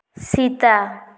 ᱥᱮᱛᱟ